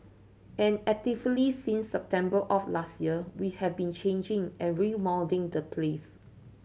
and actively since September of last year we have been changing and remoulding the place